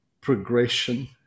progression